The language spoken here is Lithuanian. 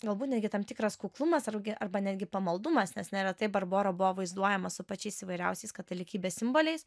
galbūt netgi tam tikras kuklumas ar arba netgi pamaldumas nes neretai barbora buvo vaizduojama su pačiais įvairiausiais katalikybės simboliais